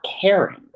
caring